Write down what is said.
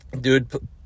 dude